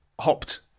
hopped